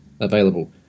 available